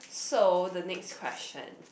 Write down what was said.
so the next question